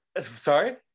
sorry